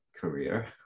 career